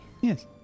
Yes